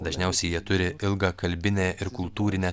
dažniausiai jie turi ilgą kalbinę ir kultūrinę